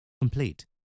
Complete